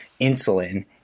insulin